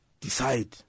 decide